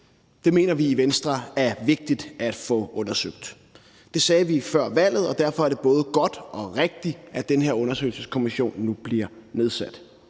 Det mener vi i Venstre er vigtigt at få undersøgt. Det sagde vi før valget, og derfor er det både godt og rigtigt, at den her undersøgelseskommission nu bliver nedsat.